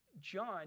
John